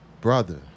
Brother